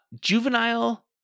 juvenile